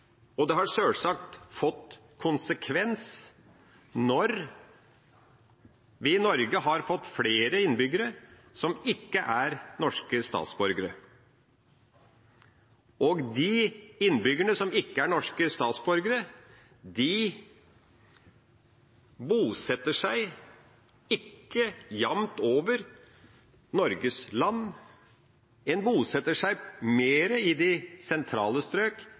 og det har sjølsagt fått konsekvenser, når vi i Norge har fått flere innbyggere som ikke er norske statsborgere. Og de innbyggerne som ikke er norske statsborgere, bosetter seg ikke jamt over Norges land. En bosetter seg mer i de sentrale strøk